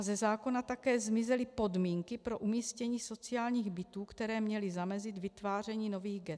Ze zákona také zmizely podmínky pro umístění sociálních bytů, které měly zamezit vytváření nových ghett.